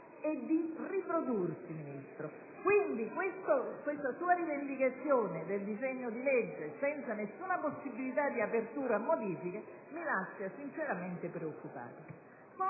e di riprodursi. Quindi, questa sua rivendicazione del disegno di legge, senza nessuna possibilità di apertura a modifiche, mi lascia sinceramente preoccupata.